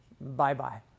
bye-bye